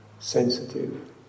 sensitive